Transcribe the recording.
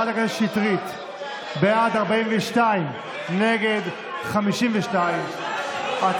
בעד, 41, נגד, 52, אין נמנעים.